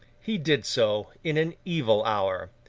he did so, in an evil hour.